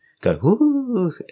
go